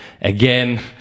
again